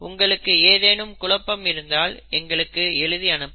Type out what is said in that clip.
உங்களுக்கு ஏதேனும் குழப்பம் இருந்தால் எங்களுக்கு எழுதி அனுப்பவும்